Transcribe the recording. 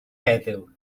heddiw